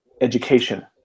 education